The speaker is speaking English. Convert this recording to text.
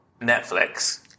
Netflix